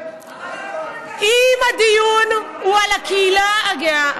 אם הדיון הוא על הקהילה הגאה,